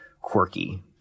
quirky